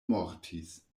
mortis